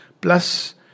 plus